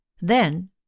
Then